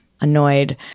annoyed